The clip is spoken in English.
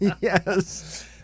Yes